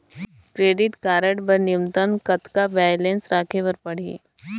Credit card बर न्यूनतम कतका बैलेंस राखे बर पड़ही?